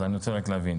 אז אני רוצה רק להבין: